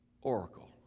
oracle